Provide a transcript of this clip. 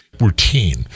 routine